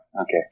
Okay